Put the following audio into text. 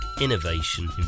innovation